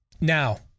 Now